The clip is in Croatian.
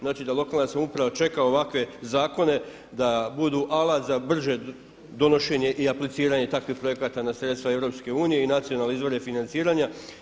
Znači da lokalna samouprava čeka ovakve zakone da budu alat za brže donošenje i apliciranje takvih projekata na sredstva EU i nacionalne izvore financiranja.